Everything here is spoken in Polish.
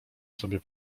sobie